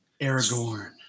aragorn